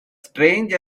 strange